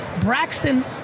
braxton